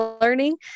learning